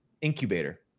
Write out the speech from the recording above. incubator